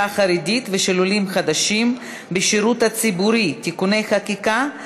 החרדית ושל עולים חדשים בשירות הציבורי (תיקוני חקיקה),